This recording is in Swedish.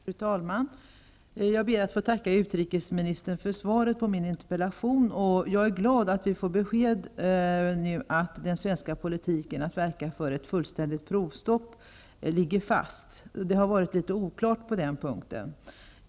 Fru talman! Jag ber att få tacka utrikesministern för svaret på min interpellation. Jag är glad för att vi nu får besked om att den svenska politiken att verka för ett fullständigt provstopp ligger fast. Det har varit litet oklart på den punkten.